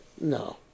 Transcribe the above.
No